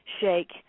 shake